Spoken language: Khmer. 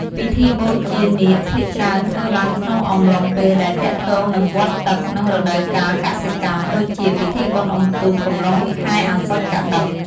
ពិធីបូជានាគភាគច្រើនធ្វើឡើងក្នុងអំឡុងពេលដែលទាក់ទងនឹងវដ្តទឹក និងរដូវកាលកសិកម្ម ដូចជា ពិធីបុណ្យអ៊ុំទូក កុំឡុងខែអសុ្សជ កត្តិក។